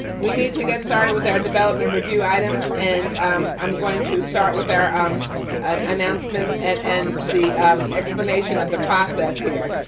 we need to get started with our development review items, and i'm going to start with our um announcements and the explanation of the process here.